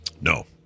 no